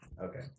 Okay